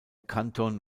kanton